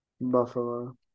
Buffalo